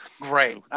Great